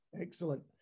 Excellent